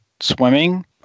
swimming